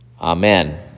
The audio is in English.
Amen